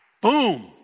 Boom